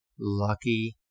lucky